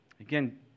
Again